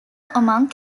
among